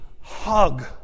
hug